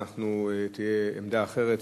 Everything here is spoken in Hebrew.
תהיה עמדה אחרת.